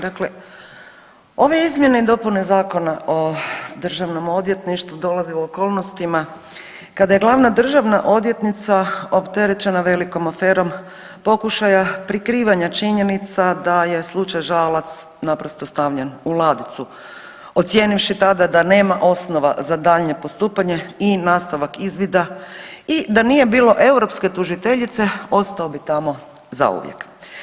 Dakle, ove izmjene i dopune Zakona o državnom odvjetništvu dolazi u okolnostima kada je glavna državna odvjetnica opterećena velikom aferom pokušaja prikrivanja činjenica da je slučaj Žalac naprosto stavljen u ladicu ocijenivši tada da nema osnova za daljnje postupanje i nastavak izvida i da nije bilo europske tužiteljice ostao bi tamo zauvijek.